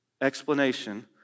explanation